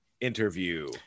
interview